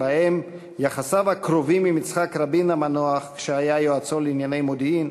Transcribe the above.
ויחסיו הקרובים עם יצחק רבין המנוח כשהיה יועצו לענייני מודיעין,